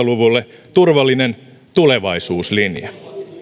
luvulle turvallinen tulevaisuuslinja